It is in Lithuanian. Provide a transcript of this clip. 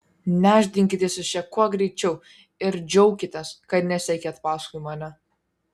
nešdinkitės iš čia kuo greičiau ir džiaukitės kad nesekėt paskui mane